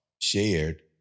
shared